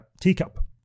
teacup